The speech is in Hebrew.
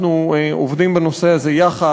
אנחנו עובדים בנושא הזה יחד,